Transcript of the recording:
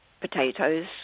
potatoes